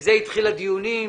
מזה התחילו הדיונים.